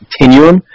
continuum